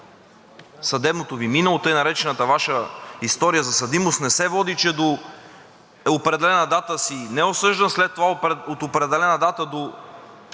съдебното Ви минало, в така наречената Ваша история за съдимост не се води, че до определена дата си неосъждан, а след това от определена дата до